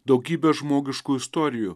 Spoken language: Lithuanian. daugybę žmogiškų istorijų